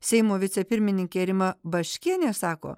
seimo vicepirmininkė rima baškienė sako